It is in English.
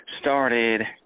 started